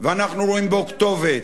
ואנחנו רואים בו כתובת.